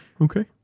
Okay